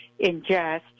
ingest